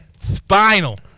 spinal